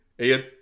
Ian